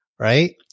Right